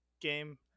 game